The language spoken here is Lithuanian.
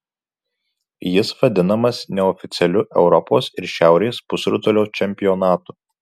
jis vadinamas neoficialiu europos ir šiaurės pusrutulio čempionatu